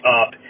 up